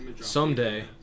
Someday